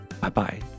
Bye-bye